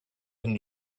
wenn